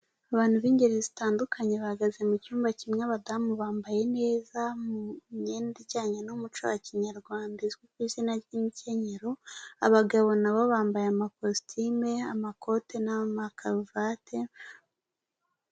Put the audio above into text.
Abantu b'ingeri zitandukanye bahagaze mu cyumba kimwe, abadamu bambaye neza mu myenda ijyanye n'umuco wa kinyarwanda izwi ku izina ry'imikenyero, abagabo nabo bambaye amakositime amakote n'amakaruvate.